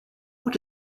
what